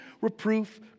reproof